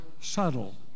subtle